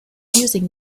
using